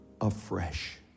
afresh